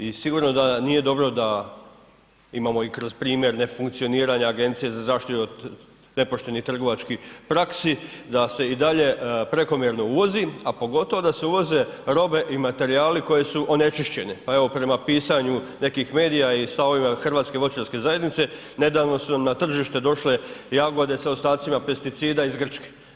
I sigurno da nije dobro, imamo i kroz primjer ne funkcioniranja Agencije za zaštitu od nepoštenih trgovačkih praksi, da se i dalje prekomjerno uvozi, a pogotovo da se uvoze robe i materijali koje su onečišćene, pa evo prema pisanju nekih medija i sa ovime Hrvatske voćarske zajednice nedavno su nam tržište došle jagode sa ostacima pesticida iz Grčke.